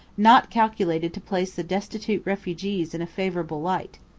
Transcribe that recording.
not calculated to place the destitute refugees in a favourable light.